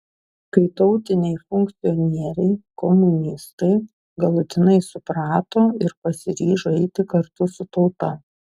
kai tautiniai funkcionieriai komunistai galutinai suprato ir pasiryžo eiti kartu su tauta